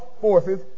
forces